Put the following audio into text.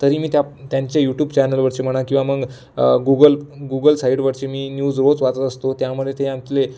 तरी मी त्या त्यांचे यूट्यूब चॅनलवरचे म्हणा किंवा मग गुगल गुगल साईडवरचे मी न्यूज रोज वाचत असतो त्यामुळे त्यातले